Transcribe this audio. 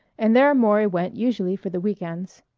and there maury went usually for the week-ends,